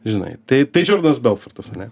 žinai tai tai džordanas belfortas ar ne